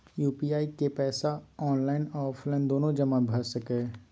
UPI के पैसा online आ ऑफलाइन दुनू जमा भ सकै इ?